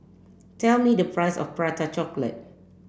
tell me the price of Prata Chocolate